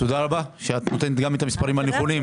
תודה שאת נותנת את המספרים הנכונים.